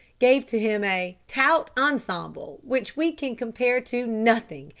gave to him a tout ensemble which we can compare to nothing,